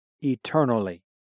eternally